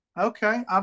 Okay